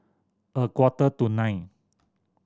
a quarter to nine